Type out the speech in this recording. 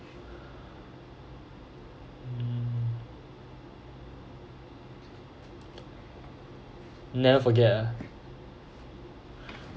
mm never forget ah